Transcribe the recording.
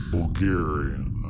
Bulgarian